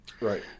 Right